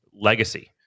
legacy